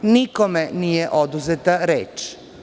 Nikome nije oduzeta reč.